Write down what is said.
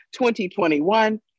2021